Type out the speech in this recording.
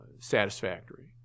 satisfactory